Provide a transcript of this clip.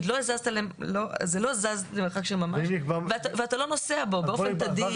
שהרכב לא זז למרחק של ממש ואתה לא נוסע בו באופן תדיר,